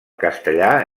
castellà